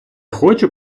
хочу